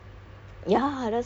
seven cats you know